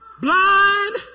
Blind